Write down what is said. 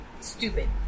stupid